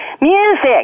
Music